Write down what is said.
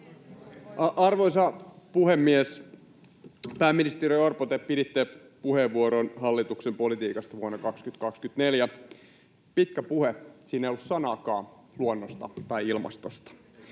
Arvoisa puhemies! Pääministeri Orpo, te piditte puheenvuoron hallituksen politiikasta vuonna 2024 — pitkä puhe, siinä ei ollut sanaakaan luonnosta tai ilmastosta.